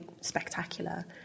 spectacular